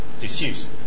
disuse